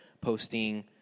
posting